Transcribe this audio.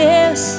Yes